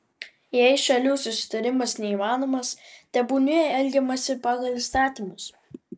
jei šalių susitarimas neįmanomas tebūnie elgiamasi pagal įstatymus